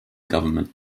government